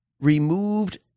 removed